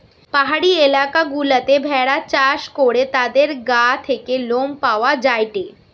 পাহাড়ি এলাকা গুলাতে ভেড়া চাষ করে তাদের গা থেকে লোম পাওয়া যায়টে